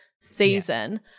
season